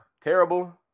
terrible